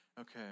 Okay